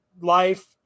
life